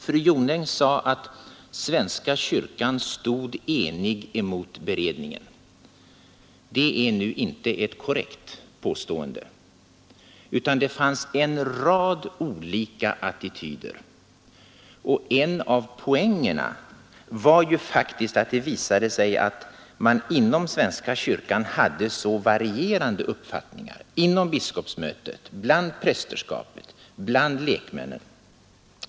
Fru Jonäng sade att svenska kyrkan stod enig mot beredningen. Det är nu inte ett korrekt påstående; det fanns en rad olika attityder. Och en av poängerna var ju faktiskt att det visade sig att man inom svenska kyrkan hade så varierande uppfattningar — inom biskopsmötet, bland prästerskapet, bland lekmännen.